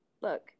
Look